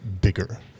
bigger